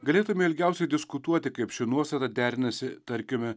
galėtume ilgiausiai diskutuoti kaip ši nuostata derinasi tarkime